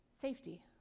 safety